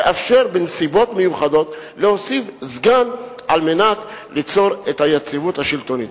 לאפשר בנסיבות מיוחדות להוסיף סגן על מנת ליצור את היציבות השלטונית.